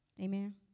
amen